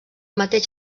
mateix